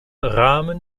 rahmen